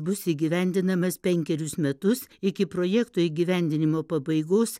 bus įgyvendinamas penkerius metus iki projekto įgyvendinimo pabaigos